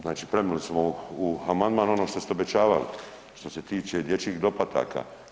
Znači prenijeli smo u amandman ono što ste obećavali što se tiče dječjih doplataka.